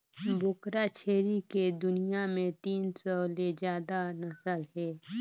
बोकरा छेरी के दुनियां में तीन सौ ले जादा नसल हे